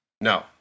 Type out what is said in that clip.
No